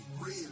real